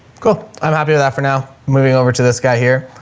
cool. i'm happy with that for now. moving over to this guy here.